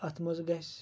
اَتھ منٛز گَژِھ